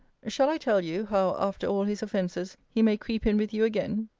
shall i tell you, how, after all his offences, he may creep in with you again?